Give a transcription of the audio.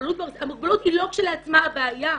המוגבלות היא לא כשלעצמה הבעיה.